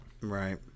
Right